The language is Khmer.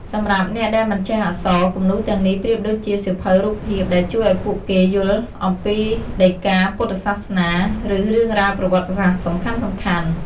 សម្រាប់អ្នកដែលមិនចេះអក្សរ គំនូរទាំងនេះប្រៀបដូចជាសៀវភៅរូបភាពដែលជួយឱ្យពួកគេយល់អំពីដីកាពុទ្ធសាសនា ឬរឿងរ៉ាវប្រវត្តិសាស្ត្រសំខាន់ៗ។